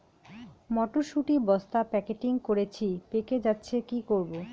মটর শুটি বস্তা প্যাকেটিং করেছি পেকে যাচ্ছে কি করব?